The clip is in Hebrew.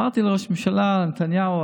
אמרתי לראש הממשלה אז נתניהו